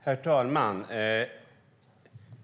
Herr talman!